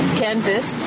canvas